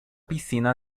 piscina